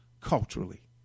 culturally